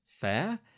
fair